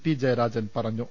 P Jayarajan പറഞ്ഞു